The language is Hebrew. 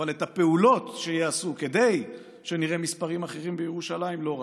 אבל את הפעולות שייעשו כדי שנראה מספרים אחרים בירושלים לא ראיתי.